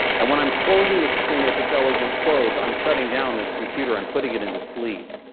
and when i'm closing this screen with its elegant close i'm shutting down this computer and putting it into sleep.